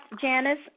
Janice